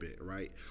right